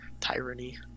tyranny